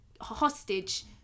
hostage